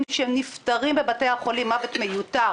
כשהם נפטרים בבתי-החולים מוות מיותר,